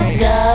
go